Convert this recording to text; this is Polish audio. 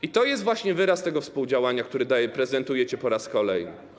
I to jest właśnie wyraz tego współdziałania, które prezentujecie po raz kolejny.